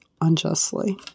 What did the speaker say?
unjustly